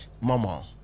Mama